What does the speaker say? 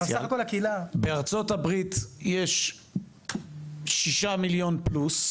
אבל סך הכל הקהילה --- בארצות הברית יש 6 מיליון פלוס,